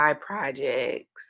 projects